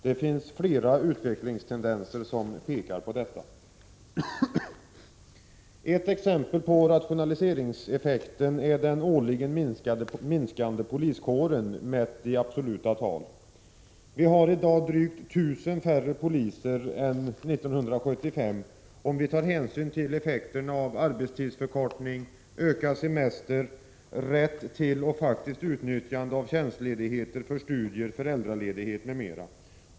Det finns flera utvecklingstendenser som pekar mot detta. Ett exempel på rationaliseringseffekten är den årligen minskande poliskåren, mätt i absoluta tal. Vi har i dag drygt 1 000 färre poliser än 1975, om vi tar hänsyn till effekterna av arbetstidsförkortning, ökad semester, rätt till och faktiskt utnyttjande av tjänstledighet för studier, föräldraledighet m.m.